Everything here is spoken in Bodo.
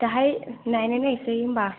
दाहाय नायनाय नायसै होमबा